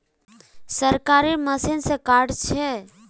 सरकारी मशीन से कार्ड छै?